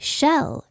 Shell